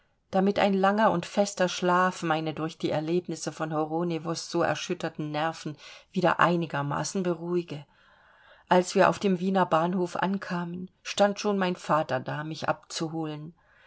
damit ein langer und fester schlaf meine durch die erlebnisse von horonewos so erschütterten nerven wieder einigermaßen beruhige als wir auf dem wiener bahnhof ankamen stand schon mein vater da mich abzuholen